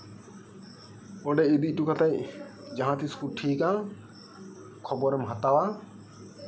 ᱚᱸᱰᱮ ᱤᱫᱤ ᱦᱚᱴᱚ ᱠᱟᱛᱮᱫ ᱡᱟᱦᱟᱸ ᱛᱤᱥ ᱠᱚ ᱴᱷᱤᱠᱼᱟ ᱠᱷᱚᱵᱚᱨᱮᱢ ᱦᱟᱛᱟᱣᱟ